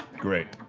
great.